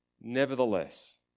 Nevertheless